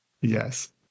Yes